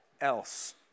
else